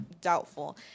doubtful